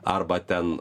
arba ten